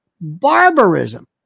barbarism